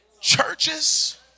Churches